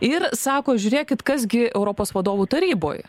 ir sako žiūrėkit kas gi europos vadovų taryboj